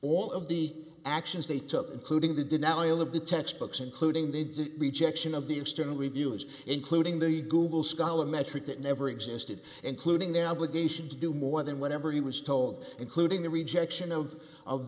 all of the actions they took including the denial of the textbooks including the rejection of the external review and including the google scholar metric that never existed including their obligation to do more than whatever he was told including the rejection of of